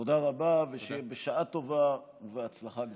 תודה רבה, ושיהיה בשעה טובה ובהצלחה גדולה.